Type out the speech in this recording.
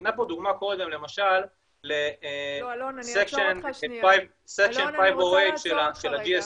ניתנה כאן דוגמה קודם למשל ל-section 508 של ה-DSA,